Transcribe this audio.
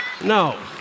No